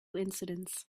incidents